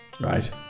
right